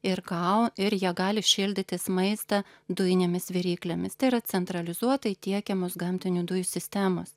ir ką ir jie gali šildytis maistą dujinėmis viryklėmis tai yra centralizuotai tiekiamos gamtinių dujų sistemos